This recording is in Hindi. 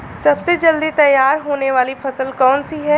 सबसे जल्दी तैयार होने वाली फसल कौन सी है?